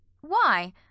Why